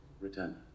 Return